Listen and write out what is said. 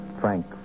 Frank